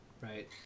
Right